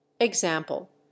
Example